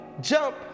jump